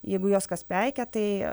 jeigu juos kas peikia tai